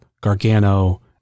Gargano